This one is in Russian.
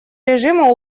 режима